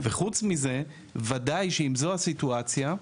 וחוץ מזה, וודאי שאם זו הסיטואציה,